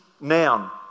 noun